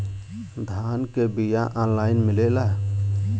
धान के बिया ऑनलाइन मिलेला?